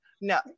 no